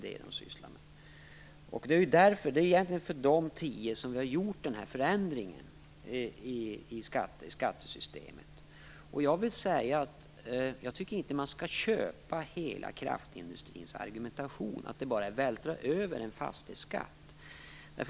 Det är egentligen för de tio som vi har gjort förändringen i fråga i skattesystemet. Jag tycker inte att man skall "köpa" hela kraftindustrins argumentation, att det bara är att vältra över en fastighetsskatt.